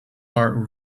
are